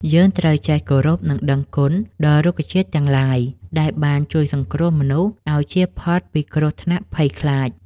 យើងត្រូវចេះគោរពនិងដឹងគុណដល់រុក្ខជាតិទាំងឡាយដែលបានជួយសង្គ្រោះមនុស្សឱ្យចៀសផុតពីគ្រោះថ្នាក់ភ័យខ្មោច។